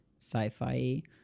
sci-fi